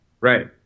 Right